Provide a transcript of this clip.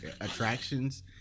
attractions